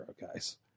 guys